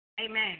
Amen